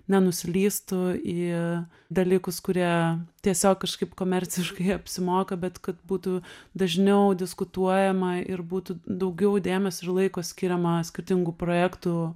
nenuslystų į dalykus kurie tiesiog kažkaip komerciškai apsimoka bet kad būtų dažniau diskutuojama ir būtų daugiau dėmesio ir laiko skiriama skirtingų projektų